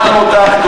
שמענו אותך,